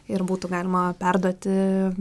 ir būtų galima perduoti